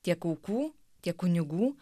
tiek aukų tiek kunigų